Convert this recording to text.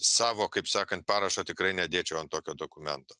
savo kaip sakant parašo tikrai nedėčiau ant tokio dokumento